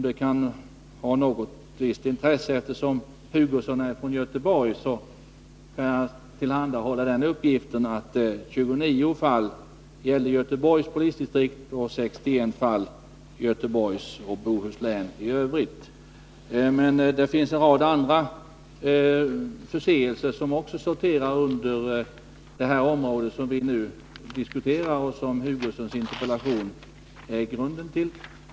Det kan vara av visst intresse, eftersom Kurt Hugosson är från Göteborg, att tillhandahålla den uppgiften att 29 fall gällde Göteborgs polisdistrikt och 61 fall Göteborgs och Bohus län i övrigt. Men det finns en rad andra förseelser som också faller inom det område som vi nu diskuterar och som är grunden till Kurt Hugossons interpellation.